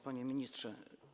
Panie Ministrze!